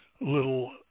little